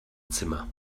zimmer